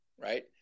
right